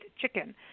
chicken